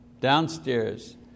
downstairs